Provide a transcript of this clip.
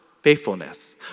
faithfulness